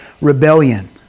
rebellion